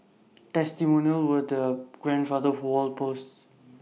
testimonials were the grandfather of wall posts